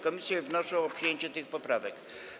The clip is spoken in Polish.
Komisje wnoszą o przyjęcie tych poprawek.